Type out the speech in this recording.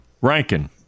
Rankin